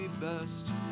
best